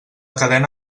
cadena